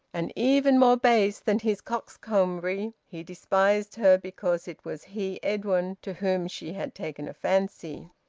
and, even more base than his coxcombry he despised her because it was he, edwin, to whom she had taken a fancy.